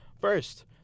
First